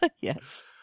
Yes